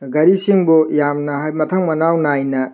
ꯒꯥꯔꯤꯁꯤꯡꯕꯨ ꯌꯥꯝꯅ ꯃꯊꯪ ꯃꯅꯥꯎ ꯅꯥꯏꯅ